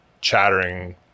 chattering